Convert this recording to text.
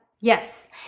Yes